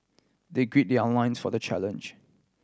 they gird their loins for the challenge